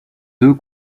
deux